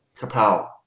Kapow